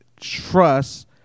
trust